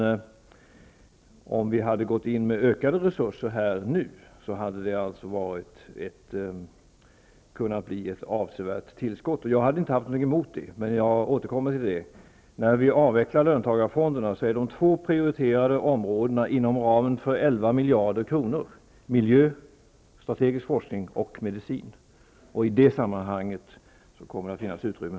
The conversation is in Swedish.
Dom vi hade gått in med ökade resurser nu hade det kunnat bli ett avsevärt tillskott, och jag hade inte haft någonting emot det. Men jag återkommer till det. När vi avvecklar löntagarfonderna är de prioriterade områdena inom ramen för 11 miljarder kronor miljö, strategisk forskning och medicin. I det sammanhanget kommer det att finnas utrymme.